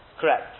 correct